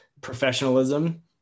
Professionalism